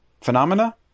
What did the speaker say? Phenomena